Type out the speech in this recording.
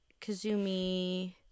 Kazumi